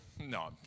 No